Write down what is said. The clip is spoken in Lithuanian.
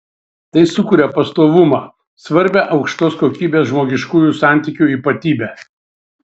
tai sukuria pastovumą svarbią aukštos kokybės žmogiškųjų santykių ypatybę